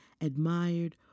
admired